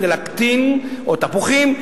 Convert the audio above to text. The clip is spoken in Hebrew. או תפוחים,